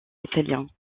italien